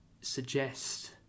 suggest